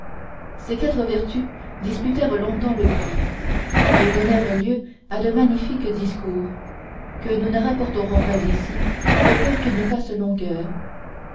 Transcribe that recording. ces quatre vertus disputèrent longtemps le prix et donnèrent lieu à de magnifiques discours que nous ne rapporterons pas ici de peur qu'ils ne fassent longueur